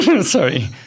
Sorry